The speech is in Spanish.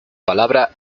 palabra